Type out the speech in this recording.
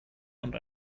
und